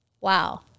wow